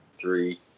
three